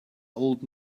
old